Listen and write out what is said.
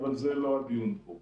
אבל זה לא הדיון פה.